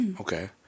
Okay